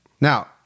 Now